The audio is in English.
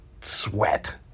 sweat